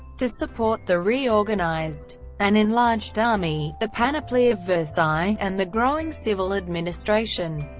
to support the reorganized and enlarged army, the panoply of versailles, and the growing civil administration,